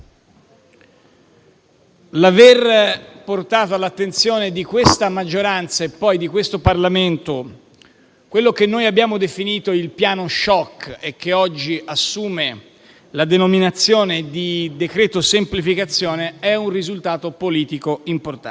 Aver portato all'attenzione di questa maggioranza e poi di questo Parlamento quello che abbiamo definito il piano *shock* e che oggi assume la denominazione di decreto semplificazioni è un risultato politico importante.